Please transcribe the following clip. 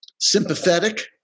sympathetic